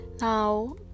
Now